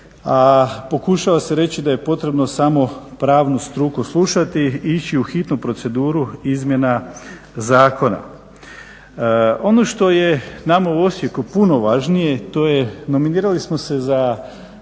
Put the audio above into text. a pokušava se reći da je potrebno samo pravnu struku slušati, ići u hitnu proceduru izmjena zakona. Ono što je nama u Osijeku puno važnije, to je nominirali smo se za